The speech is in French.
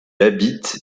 habite